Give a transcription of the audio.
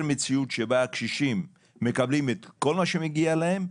מציאות שבה הקשישים מקבלים את כל מה שמגיע להם,